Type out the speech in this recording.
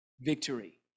Victory